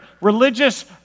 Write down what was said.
religious